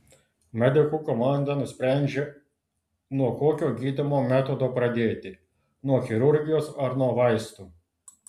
medikų komanda nusprendžia nuo kokio gydymo metodo pradėti nuo chirurgijos ar nuo vaistų